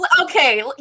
okay